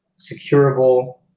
securable